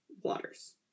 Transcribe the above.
waters